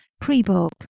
pre-book